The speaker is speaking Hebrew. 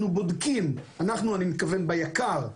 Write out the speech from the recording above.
אנחנו ביק"ר,